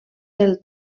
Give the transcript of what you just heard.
del